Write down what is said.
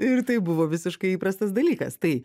ir tai buvo visiškai įprastas dalykas tai